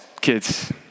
kids